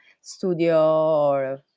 studio